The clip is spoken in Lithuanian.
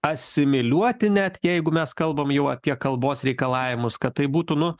asimiliuoti net jeigu mes kalbam jau apie kalbos reikalavimus kad tai būtų nu